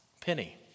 penny